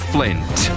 Flint